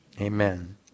amen